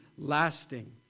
lasting